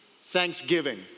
Thanksgiving